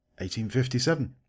1857